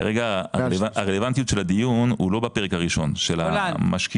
כרגע הרלוונטיות של הדיון הוא לא בפרק הראשון של המשקיע.